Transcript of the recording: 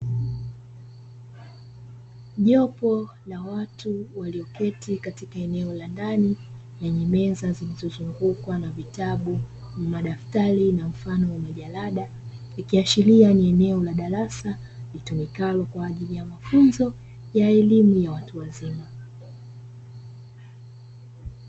Jopo la watu walioketi katika eneo la ndani lenye meza zilizozungukwa na vitabu, madaftari na mfano wa majalada ikiashiria ni eneo la darasa, litumikalo kwa ajili ya mafunzo ya elimu ya watu wazima.